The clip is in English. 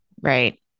right